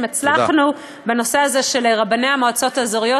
אם הצלחנו בנושא הזה של רבני המועצות האזוריות,